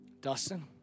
Dustin